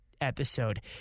episode